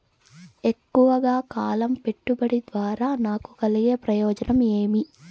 ఎక్కువగా కాలం పెట్టుబడి ద్వారా నాకు కలిగే ప్రయోజనం ఏమి?